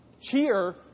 cheer